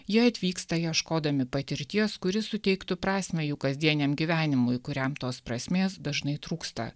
jie atvyksta ieškodami patirties kuri suteiktų prasmę jų kasdieniam gyvenimui kuriam tos prasmės dažnai trūksta